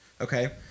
Okay